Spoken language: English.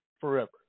forever